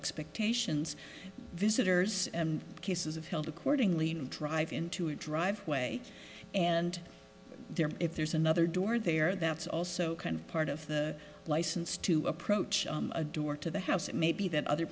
expectations visitors cases of field accordingly drive into a driveway and and there if there's another door there that's also kind of part of the license to approach a door to the house it may be that other